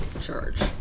Charge